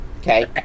Okay